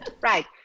Right